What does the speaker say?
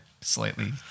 slightly